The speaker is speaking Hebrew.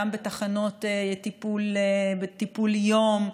גם בתחנות טיפול יום,